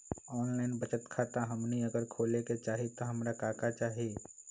Online बचत खाता हमनी अगर खोले के चाहि त हमरा का का चाहि?